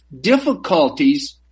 difficulties